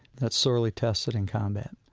that's sorely tested in combat.